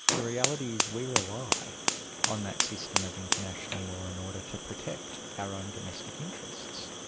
the reality is we rely on that system of international law and order to protect our own domestic interests.